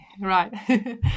right